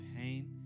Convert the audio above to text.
pain